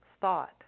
thought